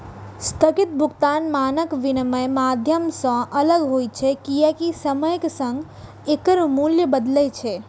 स्थगित भुगतान मानक विनमय माध्यम सं अलग होइ छै, कियैकि समयक संग एकर मूल्य बदलै छै